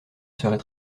serait